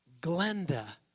Glenda